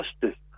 justice